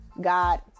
God